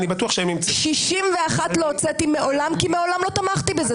אני ממש-ממש מאמין שחייבים לעשות את זה,